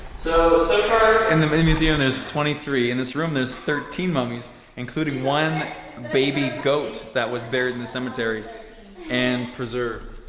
so so in um the museum there's twenty three, in this room there's thirteen mummies including one baby goat, that was buried in the cemetery and preserved